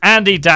Andy